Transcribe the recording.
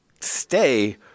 stay